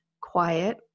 quiet